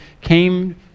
came